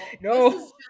No